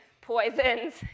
poisons